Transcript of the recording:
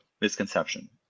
misconception